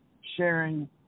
sharing